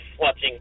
watching